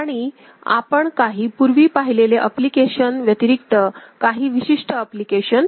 आणि आपण काही पूर्वी पाहिलेले अप्लिकेशन व्यतिरिक्त काही विशिष्ट अप्लिकेशन पाहू